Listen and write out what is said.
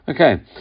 Okay